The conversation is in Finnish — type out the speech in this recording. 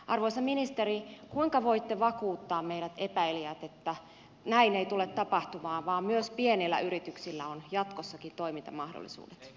arvoisa ministeri kuinka voitte vakuuttaa meidät epäilijät että näin ei tule tapahtumaan vaan myös pienillä yrityksillä on jatkossakin toimintamahdollisuudet